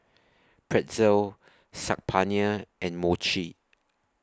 Pretzel Saag Paneer and Mochi